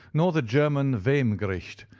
nor the german vehm-gericht,